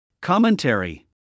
Commentary